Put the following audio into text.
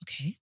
Okay